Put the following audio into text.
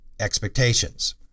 expectations